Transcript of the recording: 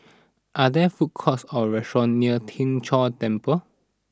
are there food courts or restaurants near Tien Chor Temple